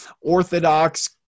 Orthodox